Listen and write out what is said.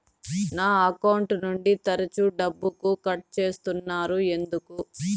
నా అకౌంట్ నుండి తరచు డబ్బుకు కట్ సేస్తున్నారు ఎందుకు